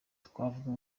twavuga